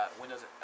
Windows